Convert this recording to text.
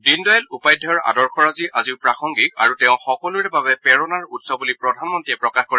দীনদয়াল উপাধ্যায়ৰ আদৰ্শৰাজি আজিও প্ৰাসঙ্গিক আৰু তেওঁ সকলোৰে বাবে প্লেৰণাৰ উৎস বুলি প্ৰধানমন্ত্ৰীয়ে প্ৰকাশ কৰে